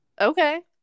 okay